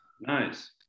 Nice